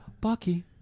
Bucky